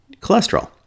cholesterol